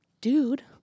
dude